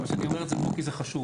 מירב, אני אומר את זה כי זה חשוב.